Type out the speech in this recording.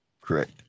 Correct